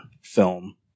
film